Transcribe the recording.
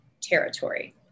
territory